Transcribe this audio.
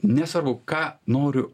nesvarbu ką noriu